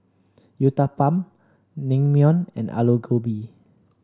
Uthapam Naengmyeon and Alu Gobi